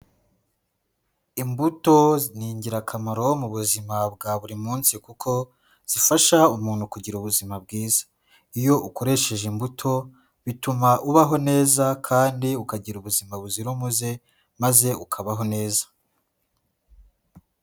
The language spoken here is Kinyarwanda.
Imbuto ni ingirakamaro mu buzima bwa buri munsi kuko zifasha umuntu kugira ubuzima bwiza, iyo ukoresheje imbuto, bituma ubaho neza kandi ukagira ubuzima buzira umuze maze ukabaho neza.